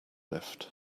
lift